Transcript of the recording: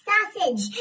Sausage